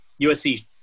usc